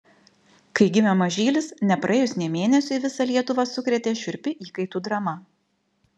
kai gimė mažylis nepraėjus nė mėnesiui visą lietuvą sukrėtė šiurpi įkaitų drama